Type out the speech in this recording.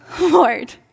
Lord